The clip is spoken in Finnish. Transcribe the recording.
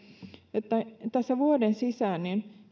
tässä vuoden sisään